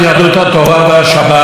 כך נקראת סיעתנו,